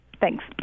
Thanks